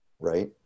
right